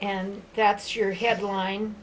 and that's your headline